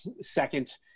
second